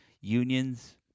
unions